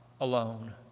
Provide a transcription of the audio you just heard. alone